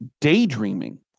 Daydreaming